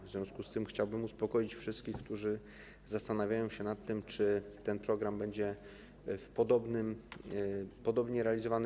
W związku z tym chciałbym uspokoić wszystkich, którzy zastanawiają się nad tym, czy ten program będzie podobnie realizowany.